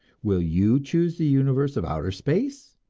will you choose the universe of outer space,